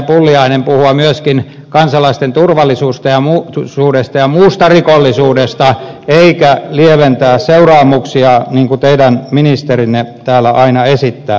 pulliainen puhua myöskin kansalaisten turvallisuudesta ja muusta rikollisuudesta eikä lieventää seuraamuksia niin kuin teidän ministerinne täällä aina esittää